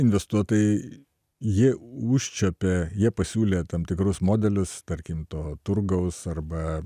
investuotojai jie užčiuopė jie pasiūlė tam tikrus modelius tarkim to turgaus arba